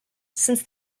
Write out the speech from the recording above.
since